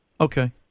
Okay